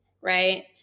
right